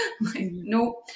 No